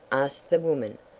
asked the woman.